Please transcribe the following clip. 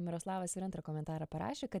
miroslavas ir antrą komentarą parašė kad